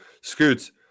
Scoots